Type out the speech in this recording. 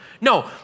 No